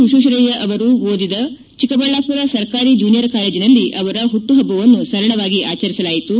ವಿಶ್ವೇಶ್ವರಯ್ಯ ಅವರ್ ಓದಿದ ಚಿಕ್ಕಬಳ್ಳಾಪುರ ಸರ್ಕಾರಿ ಜೂನಿಯರ್ ಕಾಲೇಜಿನಲ್ಲಿ ಅವರ ಹುಟ್ಟುಪಬ್ಬವನ್ನು ಸರಳವಾಗಿ ಆಚರಿಸಲಾಯಿತು